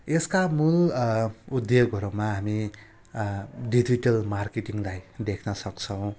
यसका मूल उद्योगहरूमा हामी डिजिटल मार्केटिङलाई देख्नसक्छौँ